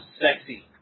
sexy